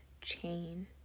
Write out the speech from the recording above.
chain